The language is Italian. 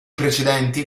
precedenti